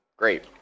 Great